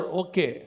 okay